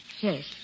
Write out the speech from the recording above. Yes